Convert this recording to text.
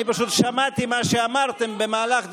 אני פשוט שמעתי מה שאמרתם במהלך דבריו,